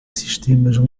sistemas